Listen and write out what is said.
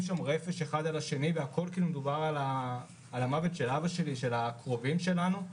שם רפש אחד על השני והכול כי מדובר במוות של הקרובים שלנו.